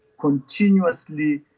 continuously